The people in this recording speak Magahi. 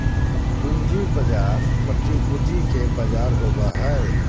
पूँजी बाजार प्रतिभूति के बजार होबा हइ